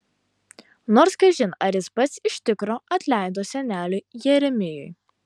nors kažin ar jis pats iš tikro atleido seneliui jeremijui